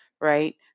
right